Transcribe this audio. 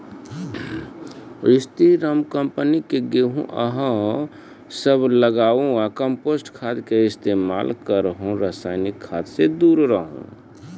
स्री Ram company के गेहूँ अहाँ सब लगाबु कम्पोस्ट खाद के इस्तेमाल करहो रासायनिक खाद से दूर रहूँ?